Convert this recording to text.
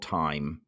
time